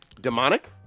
demonic